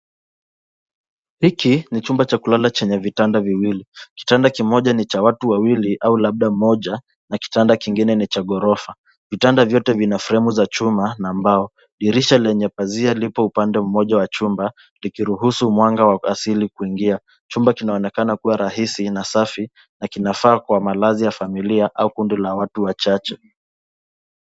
Hiki ni chumba cha kulala chenye vitanda viwili. Kitanda kimoja ni cha watu wawili au labda mmoja na kitanda kingine ni cha ghorofa. Vitanda vyote vina fremu za chuma na mbao. Dirisha lenye pazia lipo upande moja wa chumba ikiruhusu mwanga wa asili kuingia. Chumba kinaonekana kuwa rahisi na safi na kinafaa kwa malazi ya familia au kundi la watu wachache.